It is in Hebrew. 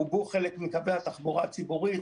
עובו חלק מקווי התחבורה הציבורית,